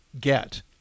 get